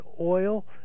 oil